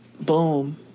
Boom